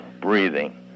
breathing